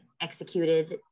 executed